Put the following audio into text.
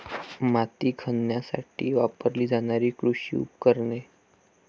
माती खणण्यासाठी वापरली जाणारी कृषी उपकरणे